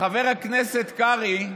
חבר הכנסת קרעי,